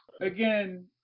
again